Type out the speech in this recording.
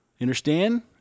Understand